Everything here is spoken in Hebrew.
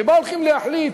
שבה הולכים להחליט,